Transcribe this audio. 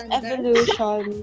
evolution